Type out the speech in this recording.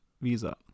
visa